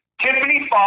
Tiffany